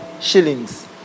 shillings